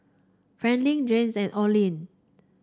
Franklin Jens and Oline